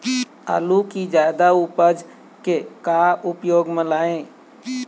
आलू कि जादा उपज के का क्या उपयोग म लाए?